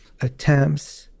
attempts